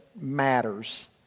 matters